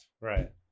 Right